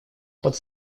под